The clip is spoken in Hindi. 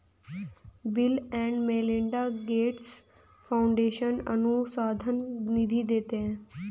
bill and Melinda Gates Foundation अनुसंधान निधि देती है